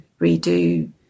redo